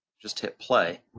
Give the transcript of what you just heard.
just hit play.